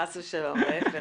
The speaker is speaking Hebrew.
חס ושלום, להפך.